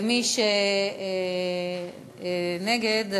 ומי שנגד,